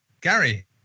Gary